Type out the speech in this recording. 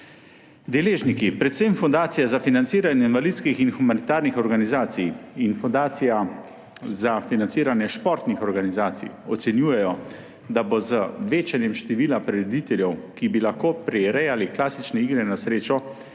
Deležniki, predvsem Fundacija za financiranje invalidskih in humanitarnih organizacij in Fundacija za financiranje športnih organizacij, ocenjujejo, da bo z večanjem števila prirediteljev, ki bi lahko prirejali klasične igre na srečo,